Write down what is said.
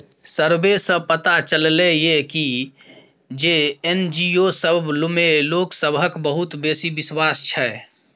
survey सँ पता चलले ये की जे एन.जी.ओ सब मे लोक सबहक बहुत बेसी बिश्वास छै